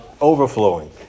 overflowing